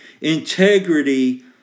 Integrity